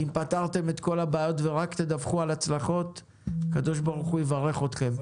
אם תפתרו את כל הבעיות ורק תדווחו על הצלחות הקדוש ברוך הוא יברך אתכם.